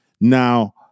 Now